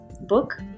book